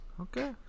Okay